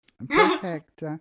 perfect